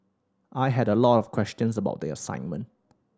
I had a lot of questions about the assignment